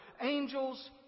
angels